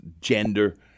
gender